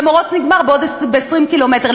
והמירוץ נגמר ב-20 קילומטר.